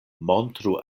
montru